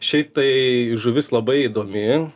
šiaip tai žuvis labai įdomi